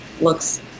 looks